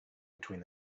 between